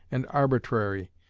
and arbitrary,